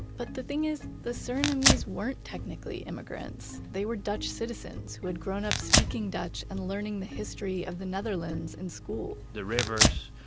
but the thing is, the surinamese weren't technically immigrants. they were dutch citizens who had grown up speaking dutch and learning the history of the netherlands in school the rivers,